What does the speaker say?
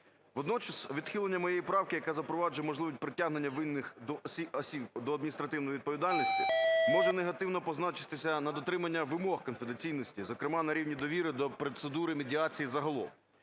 Водночас відхилення моєї правки, яка запроваджує можливість притягнення винних осіб до адміністративної відповідальності, може негативно позначитися на дотриманні вимог конфіденційності, зокрема на рівні довіри до процедури медіації загалом.